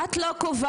את לא קובעת,